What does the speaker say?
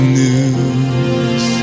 news